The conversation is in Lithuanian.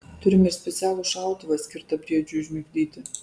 turime ir specialų šautuvą skirtą briedžiui užmigdyti